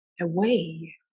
away